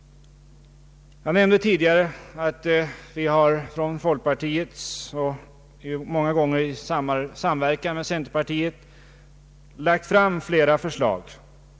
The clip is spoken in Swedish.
Jag nämnde tidigare att vi från folkpartiet, många gånger i samverkan med centerpartiet, lagt fram flera förslag.